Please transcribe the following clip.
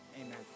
Amen